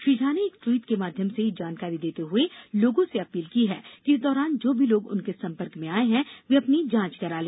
श्री झा ने एक ट्वीट के माध्यम से यह जानकारी देते हुए लोगों से अपील की है कि इस दौरान जो लोग भी उनके संपर्क में आये हैं वे अपनी जांच करा ले